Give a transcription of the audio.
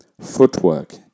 footwork